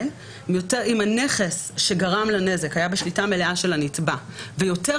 אם הנכס שגרם לו נזק היה בשליטה מלאה של הנתבע ויותר